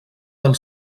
del